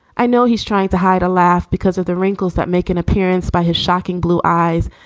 i know he's trying to hide a laugh because of the wrinkles that make an appearance by his shocking blue eyes.